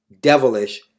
devilish